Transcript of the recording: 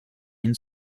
ihn